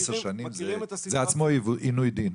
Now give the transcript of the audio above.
עשר שנים זה עצמו עינוי דין.